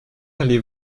allez